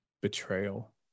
betrayal